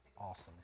Awesome